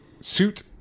suit